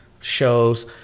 shows